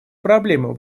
проблему